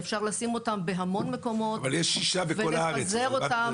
ואפשר לשים אותם בהמון מקומות ולפזר אותם.